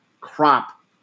crop